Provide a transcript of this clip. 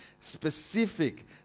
specific